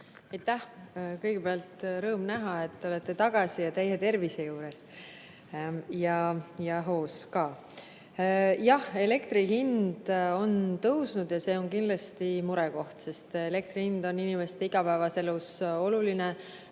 Kõigepealt, rõõm näha, et te olete tagasi ja täie tervise juures. Ja hoos ka. Jah, elektri hind on tõusnud ja see on kindlasti murekoht, sest elektri hind on inimeste igapäevases elus oluline.